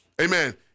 amen